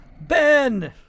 Ben